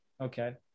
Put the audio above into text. okay